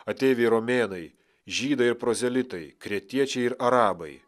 ateiviai romėnai žydai ir prozelitai kretiečiai ir arabai